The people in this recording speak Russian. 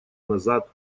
назад